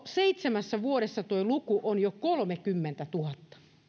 seitsemässä vuodessa tuo luku on jo kolmekymmentätuhatta